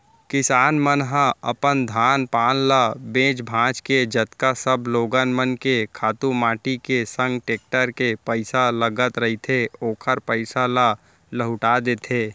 किसान मन ह अपन धान पान ल बेंच भांज के जतका सब लोगन मन के खातू माटी के संग टेक्टर के पइसा लगत रहिथे ओखर पइसा ल लहूटा देथे